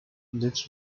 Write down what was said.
lives